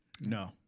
No